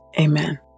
Amen